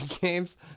games